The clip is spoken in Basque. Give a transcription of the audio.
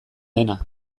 dena